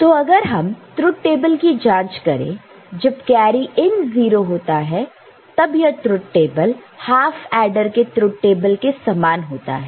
तो अगर हम ट्रूथ टेबल की जांच करें जब कैरी इन 0 होता है तब यह ट्रुथ टेबल हाफ ऐडर के ट्रूथ टेबल के समान होता है